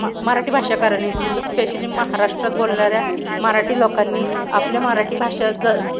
म मराठी भाषाकारांनी स्पेशली महाराष्ट्रात बोलणाऱ्या मराठी लोकांनी आपल्या मराठी भाषा ज